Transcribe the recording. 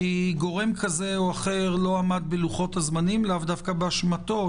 כי גורם כזה או אחר לא עמד בלוחות הזמנים לאו דווקא באשמתו,